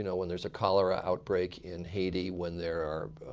you know when there's a cholera outbreak in haiti, when there are